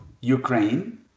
Ukraine